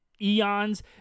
eons